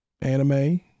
anime